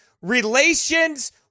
relations